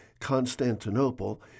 Constantinople